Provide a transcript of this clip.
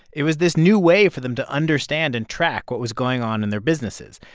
it was this new way for them to understand and track what was going on in their businesses.